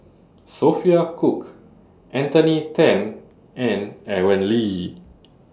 Sophia Cooke Anthony ten and Aaron Lee